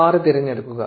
6 തിരഞ്ഞെടുക്കുക